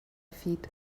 feet